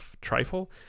trifle